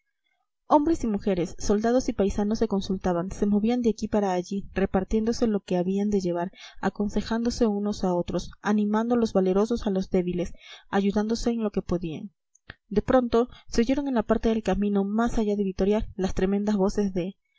hombres y mujeres soldados y paisanos se consultaban se movían de aquí para allí repartiéndose lo que habían de llevar aconsejándose unos a otros animando los valerosos a los débiles ayudándose en lo que podían de pronto se oyeron en la parte del camino más allá de vitoria las tremendas voces de